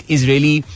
Israeli